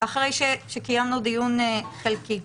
אחרי שקיימנו דיון חלקי.